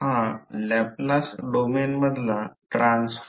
हा mean flux आहे म्हणजे मीन फ्लक्स पाथ